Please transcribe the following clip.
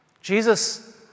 Jesus